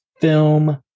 film